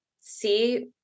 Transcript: see